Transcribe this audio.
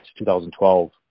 2012